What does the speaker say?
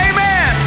Amen